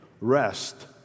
rest